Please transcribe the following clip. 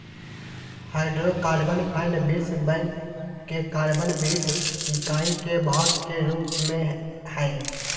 hydrocarbon fund विश्व bank के carbon वित्त इकाई के भाग के रूप में हइ